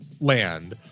land